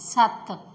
ਸੱਤ